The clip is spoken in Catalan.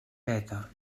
peta